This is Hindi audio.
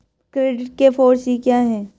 क्रेडिट के फॉर सी क्या हैं?